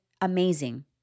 amazing